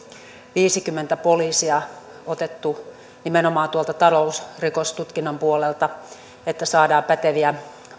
viisikymmentä poliisia otettu nimenomaan talousrikostutkinnan puolelta että saadaan päteviä